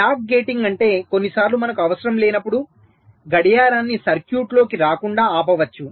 clock gating అంటే కొన్నిసార్లు మనకు అవసరం లేనపుడు గడియారాన్ని సర్క్యూట్లోకి రాకుండా ఆపవచ్చు